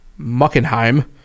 Muckenheim